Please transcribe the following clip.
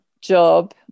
job